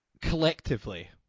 collectively